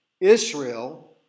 Israel